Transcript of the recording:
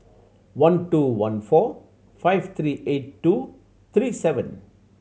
one two one four five three eight two three seven